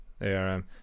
ARM